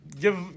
give